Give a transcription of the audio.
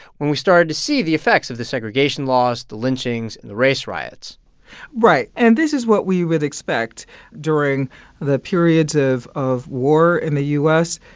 when we started to see the effects of the segregation laws, the lynchings and the race riots right. and this is what we would expect during the periods of of war in the u s.